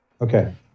Okay